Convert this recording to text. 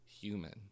human